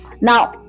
Now